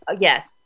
Yes